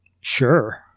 sure